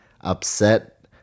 upset